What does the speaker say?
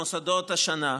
המוסדות השנה,